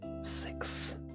six